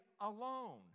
alone